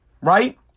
right